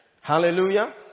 Hallelujah